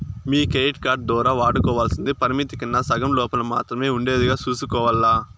మీ credit card దోరా వాడుకోవల్సింది పరిమితి కన్నా సగం లోపల మాత్రమే ఉండేదిగా సూసుకోవాల్ల